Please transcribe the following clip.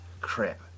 Crap